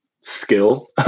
skill